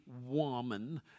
woman